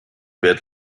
bad